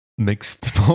Mixed